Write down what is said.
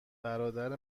برادر